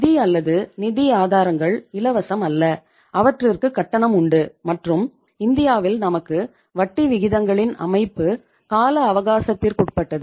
நிதி அல்லது நிதி ஆதாரங்கள் இலவசம் அல்ல அவற்றிற்கு கட்டணம் உண்டு மற்றும் இந்தியாவில் நமக்கு வட்டி விகிதங்களின் அமைப்பு கால அவகாசத்திற்கு உட்பட்டது